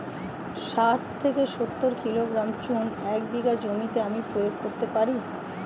শাঠ থেকে সত্তর কিলোগ্রাম চুন এক বিঘা জমিতে আমি প্রয়োগ করতে পারি?